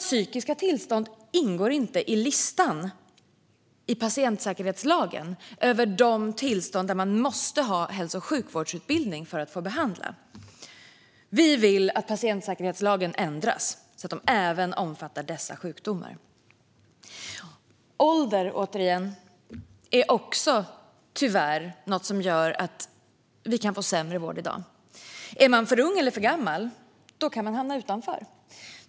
Psykiska tillstånd ingår nämligen inte på patientsäkerhetslagens lista över de tillstånd som man måste ha hälso och sjukvårdsutbildning för att få behandla. Vi vill att patientsäkerhetslagen ändras så att den även omfattar dessa sjukdomar. Ålder, återigen, är också tyvärr något som gör att man kan få sämre vård i dag. Är man för ung eller för gammal kan man hamna utanför.